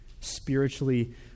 spiritually